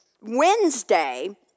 Wednesday